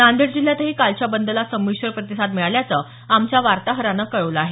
नांदेड जिल्ह्यातही कालच्या बंदला संमिश्र प्रतिसाद मिळाल्याचं आमच्या वार्ताहरानं कळवलं आहे